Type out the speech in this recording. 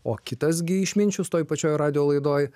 o kitas gi išminčius toj pačioj radijo laidoj